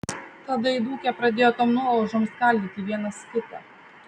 tada įdūkę pradėjo tom nuolaužom skaldyti vienas kitą